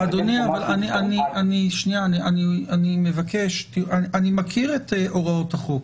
אדוני, אני מכיר את הוראות החוק.